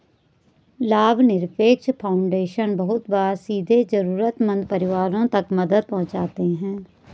लाभनिरपेक्ष फाउन्डेशन बहुत बार सीधे जरूरतमन्द परिवारों तक मदद पहुंचाते हैं